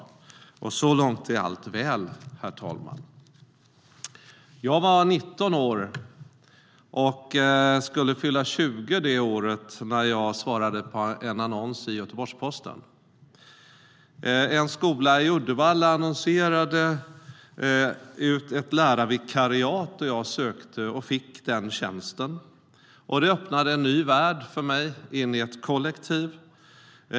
Så långt är allt väl, herr talman. Jag var 19 år och skulle fylla 20 det året när jag svarade på en annons i Göteborgs-Posten. En skola i Uddevalla annonserade ut ett lärarvikariat, och jag sökte och fick tjänsten. Det öppnade en ny värld för mig in i ett kollektiv.